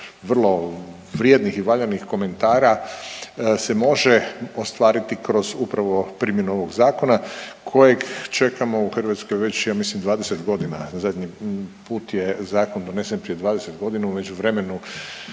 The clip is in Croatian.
vrlo vrijednih i valjanih komentara se može ostaviti kroz upravo primjenu ovog zakona kojeg čekamo u Hrvatskoj ja mislim već 20 godina, zadnji put je zakon donesen prije 20 godina u međuvremenu